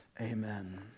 Amen